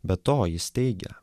be to jis teigia